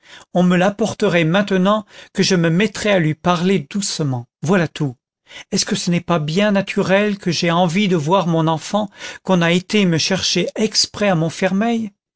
on me l'apporterait maintenant que je me mettrais à lui parler doucement voilà tout est-ce que ce n'est pas bien naturel que j'aie envie de voir mon enfant qu'on a été me chercher exprès à montfermeil